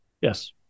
Yes